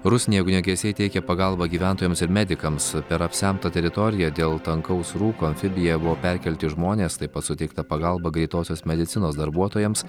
rusnėje ugniagesiai teikė pagalbą gyventojams ir medikams per apsemtą teritoriją dėl tankaus rūko amfibija buvo perkelti žmonės taip pat suteikta pagalba greitosios medicinos darbuotojams